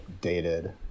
dated